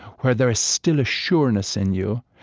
where there is still a sureness in you,